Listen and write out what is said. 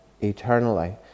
eternally